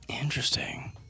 Interesting